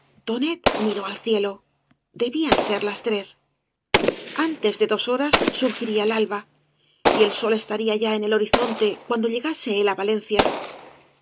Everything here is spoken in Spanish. tonet miró al cielo debían ser las tres antes de dos horas surgiría el alba y el sol estaría ya en el horizonte cuando llegase él á valencia